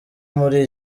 muri